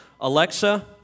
Alexa